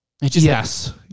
Yes